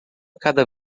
cada